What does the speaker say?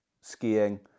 skiing